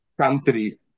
country